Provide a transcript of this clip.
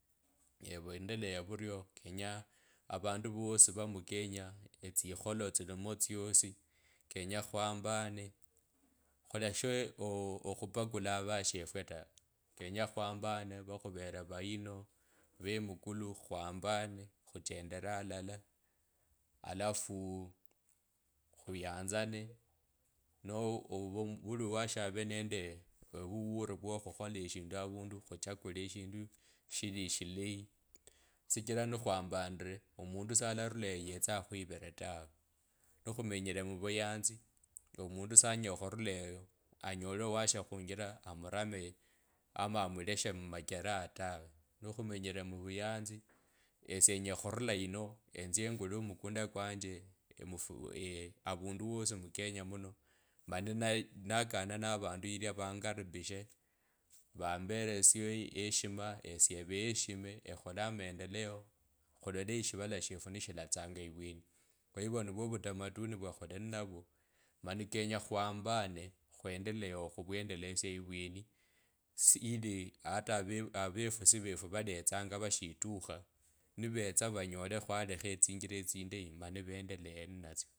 vwendeleye vurwo kenyaa avandu vosi va mukenya etsikhola tsilimo tsyo kenya khwambane khulekhe okhubakula ta avashafwe ta kenya khwambane vukhuwere vaino ve emukulu khwambane khuchendele alala, alafu khuyanzane no ove vuli owasho avanende ovuwuru mwo okhukhola eshindu avandu khuchakula eshindu shiloshileyi shichira nikhwambanile omundu salarulaeyo yetse akhwivire tawe. Nikhumenyire muvuyanzi omundu sanyela khurula eyo anyole owasho khwijila amurame ama amuleshe mumajiraha tawe, nikhumenyire muvuyanzi esie senyela khurula ino enzie engule omukunda kwanje em fo avundu wasi mukenya mumo, mani nayo nakana na avandu ilia mani vangaribishe vambelesie heshima, esie eveshime ekhole amaendeleo khulole eshivala shefu nishilatsanga ivweni kwa hivyo nivwo ovutamaduni vukhuli ninavyo mani, khwambane khwendelee khuuwendelesha ivweni sii ili hata avefsi vefu veletsanga washitukha nivetsa vanyole khwalekha etsinjila etsindayi mani vwendeleye ninatsyo.